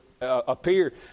appear